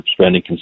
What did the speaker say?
spending